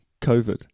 COVID